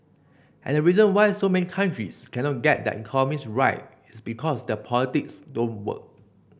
and the reason why so many countries cannot get their economies right it's because their politics don't work